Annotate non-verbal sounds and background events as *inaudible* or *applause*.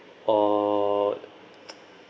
orh *noise*